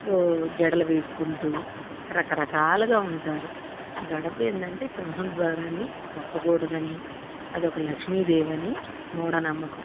ఓ జడలు వేసుకుంటూ రకరకాలగా ఉంటారు గడప ఏందంటే సింహం ద్వారాన్ని తొక్కకూడదని అదొక లక్ష్మీదేవని మూఢనమ్మకం